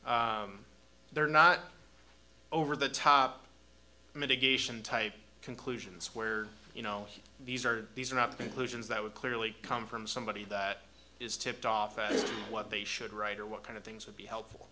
not they're not over the top mitigation type conclusions where you know these are these are not big lucian's that would clearly come from somebody that is tipped off what they should write or what kind of things would be helpful